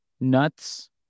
nuts